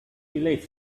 village